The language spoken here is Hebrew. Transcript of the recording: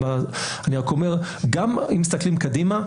אני רק אומר שגם אם מסתכלים קדימה,